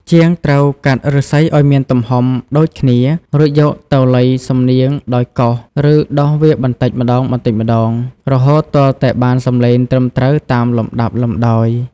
ជាងត្រូវកាត់ឫស្សីឱ្យមានទំហំដូចគ្នា រួចយកទៅលៃសំនៀងដោយកោស ឬដុសវាបន្តិចម្ដងៗ រហូតទាល់តែបានសំឡេងត្រឹមត្រូវតាមលំដាប់លំដោយ។